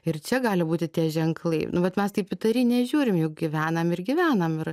ir čia gali būti tie ženklai nu vat mes taip įtariai nežiūrim juk gyvenam ir gyvenam ir